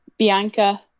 bianca